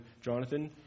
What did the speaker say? Jonathan